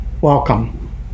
welcome